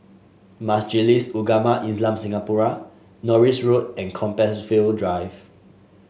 Majlis Ugama Islam Singapura Norris Road and Compassvale Drive